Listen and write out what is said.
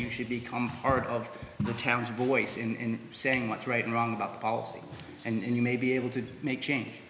you should become part of the town's voice in saying what's right and wrong about policy and you may be able to make change